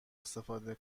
استفاده